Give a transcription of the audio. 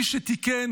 מי שתיקן,